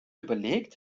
überlegt